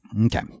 Okay